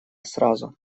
сразу